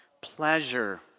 pleasure